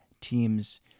teams